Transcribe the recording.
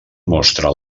mostra